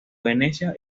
venecia